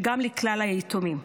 וגם לכלל היתומים,